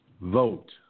Vote